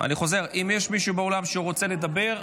אני חוזר: אם יש מישהו באולם שרוצה לדבר,